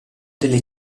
delle